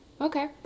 Okay